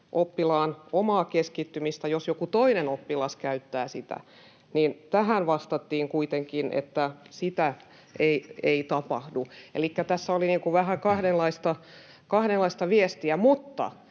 oppilaan omaa keskittymistä, jos joku toinen oppilas käyttää niitä, niin tähän vastattiin kuitenkin, että sitä ei tapahdu. Elikkä tässä oli vähän kahdenlaista viestiä, mutta